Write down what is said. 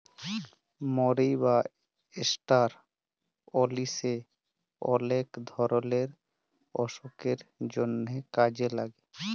মরি বা ষ্টার অলিশে অলেক ধরলের অসুখের জন্হে কাজে লাগে